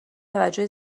توجه